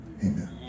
Amen